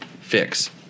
fix